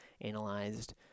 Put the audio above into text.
analyzed